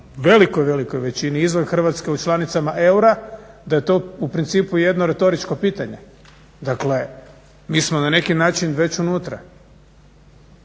velikoj, velikoj većini izvan Hrvatske u članicama EU da je to u principu jedno retoričko pitanje. Dakle, mi smo na neki način već unutra.